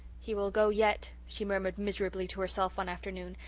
he will go yet, she murmured miserably to herself one afternoon,